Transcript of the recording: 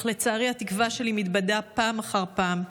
אך לצערי התקווה שלי מתבדה פעם אחר פעם.